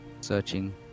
searching